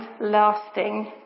lasting